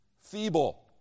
feeble